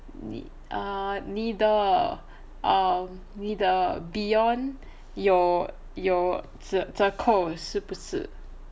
你 err 你的 um 你的 Beyond 有有折扣是不是